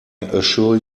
assure